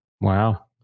Wow